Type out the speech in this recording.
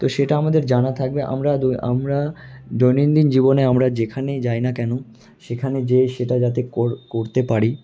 তো আমাদের সেটা জানা থাকবে আমরা দই আমরা দৈনন্দিন জীবনে আমরা যেখানেই যাই না কেন সেখানে যেয়ে সেটা যাতে করতে পারি